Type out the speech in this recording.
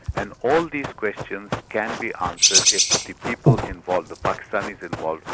and all these questions can be answered if the people involved, the pakistanis involved,